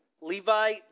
Levi